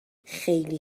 خیلی